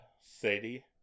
Sadie